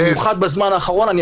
במיוחד בזמן האחרון.